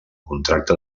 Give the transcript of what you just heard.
contracte